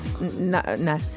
no